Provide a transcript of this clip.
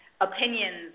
opinions